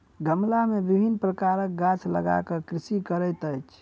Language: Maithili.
गमला मे विभिन्न प्रकारक गाछ लगा क कृषि करैत अछि